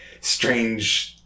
strange